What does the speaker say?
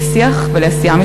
הפרלמנטרית.